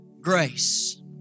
Grace